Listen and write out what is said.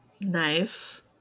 nice